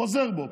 חוזר בו.